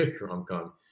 rom-com